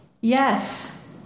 Yes